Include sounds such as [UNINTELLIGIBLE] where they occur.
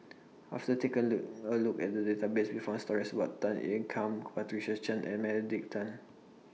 after taking A [UNINTELLIGIBLE] A Look At The Database We found stories about Tan Ean Kiam Patricia Chan and Benedict Tan